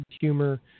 humor